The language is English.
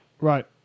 Right